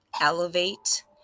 elevate